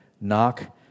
Knock